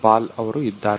ಪಾಲ್ ಅವರು ಇದ್ದಾರೆ